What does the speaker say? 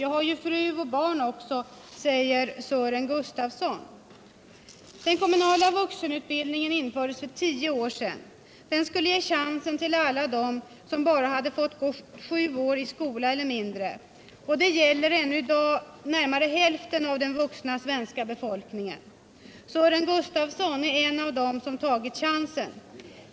Jag har ju fru och barn också, säger Sören Gustafsson. Den kommunala vuxenutbildningen infördes för tio år sedan. Den skulle ge chansen till alla dem som bara hade fått gå sju år i skola eller mindre — det gäller ännu i dag närmare hälften av den vuxna svenska befolkningen. Sören Gustafsson är en av dem som tagit chansen.